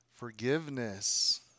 Forgiveness